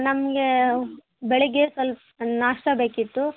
ನಮಗೆ ಬೆಳಿಗ್ಗೆ ಸ್ವಲ್ಪ್ ನಾಷ್ಟಾ ಬೇಕಿತ್ತು